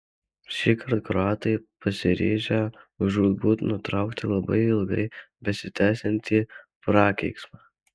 šįkart kroatai pasiryžę žūtbūt nutraukti labai ilgai besitęsiantį prakeiksmą